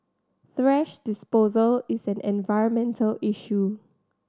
thrash disposal is an environmental issue